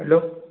hello